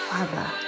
Father